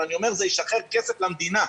אבל זה ישחרר כסף למדינה.